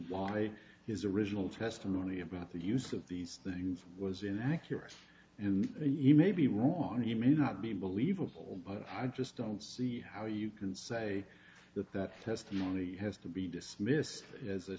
why his original testimony about the use of these things was inaccurate and he may be wrong he may not be believable but i just don't see how you can say that that testimony has to be dismissed as a